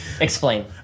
Explain